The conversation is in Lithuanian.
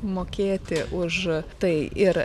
mokėti už tai ir